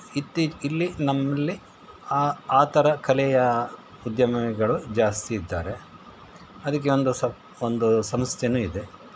ಇತ್ತೀಚ್ ಇಲ್ಲಿ ನಮ್ಮಲ್ಲಿ ಆ ಆ ಥರ ಕಲೆಯ ಉದ್ಯಮಿಗಳು ಜಾಸ್ತಿ ಇದ್ದಾರೆ ಅದಕ್ಕೆ ಒಂದು ಸ ಒಂದು ಸಂಸ್ಥೇನೂ ಇದೆ